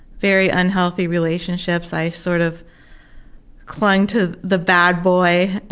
very unhealthy relationships, i sort of clung to the bad boy,